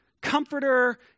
comforter